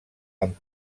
amb